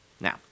Now